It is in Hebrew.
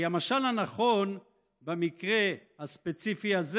כי המשל הנכון במקרה הספציפי הזה